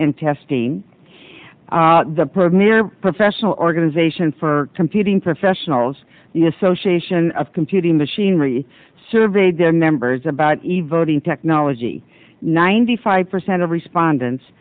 and testing the probe near professional organization for computing professionals the association of computing machinery surveyed their members about evolving technology ninety five percent of respondents